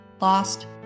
lost